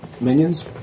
minions